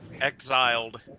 Exiled